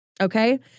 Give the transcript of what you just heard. Okay